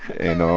and